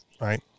right